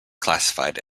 classified